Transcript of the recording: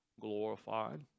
glorified